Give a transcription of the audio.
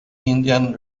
indian